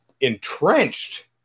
entrenched